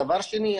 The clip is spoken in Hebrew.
דבר שני,